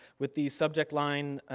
with the subject line,